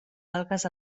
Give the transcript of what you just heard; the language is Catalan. algues